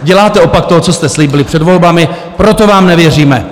Děláte opak toho, co jste slíbili před volbami, proto vám nevěříme.